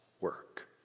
work